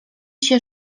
się